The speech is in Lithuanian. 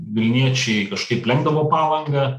vilniečiai kažkaip lenkdavo palangą